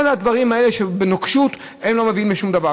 כל הדברים האלה שבנוקשות לא מביאים לשום דבר.